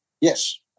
Yes